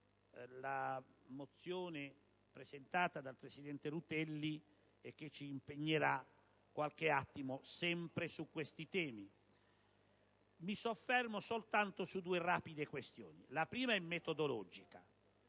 la mozione presentata dal senatore Rutelli, che ci impegnerà qualche attimo, sempre su questi temi. Mi soffermo soltanto su due rapide questioni. La prima è metodologica.